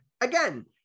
again